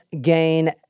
Gain